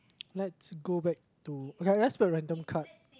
let's go back to okay let's pick a random card